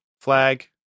flag